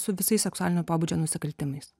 su visais seksualinio pobūdžio nusikaltimais